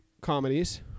comedies